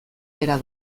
bera